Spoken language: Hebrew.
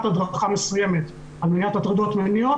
הדרכה מסוימת על מניעת הטרדות מיניות,